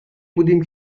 بودیم